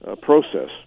process